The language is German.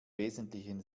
wesentlichen